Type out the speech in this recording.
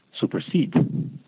supersede